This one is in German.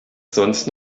sonst